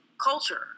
culture